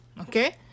Okay